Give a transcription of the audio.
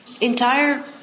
entire